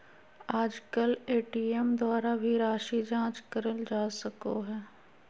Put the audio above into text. आजकल ए.टी.एम द्वारा भी राशी जाँच करल जा सको हय